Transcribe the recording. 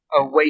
away